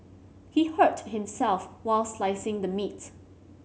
he hurt himself while slicing the meat